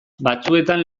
batzuetan